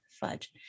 fudge